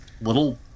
little